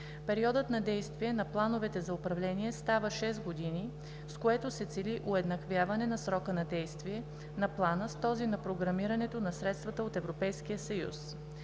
Периодът на действие на плановете за управление става 6 години, с което се цели уеднаквяване на срока на действие на плана с този на програмирането на средствата от Европейския съюз.